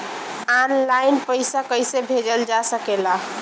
आन line पईसा कईसे भेजल जा सेकला?